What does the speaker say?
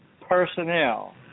personnel